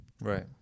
Right